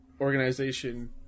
organization